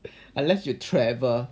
unless you travel